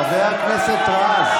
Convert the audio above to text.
חבר הכנסת רז.